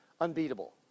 unbeatable